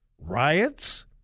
riots